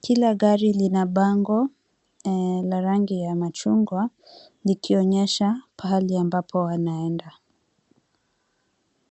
Kila gari lina bango la rangi ya machungwa, likionyesha pahali ambapo wanaenda.